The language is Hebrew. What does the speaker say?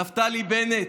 נפתלי בנט,